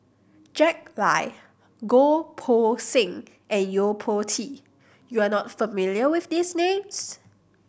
Jack Lai Goh Poh Seng and Yo Po Tee you are not familiar with these names